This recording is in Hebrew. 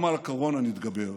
גם על הקורונה נתגבר,